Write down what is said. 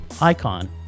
icon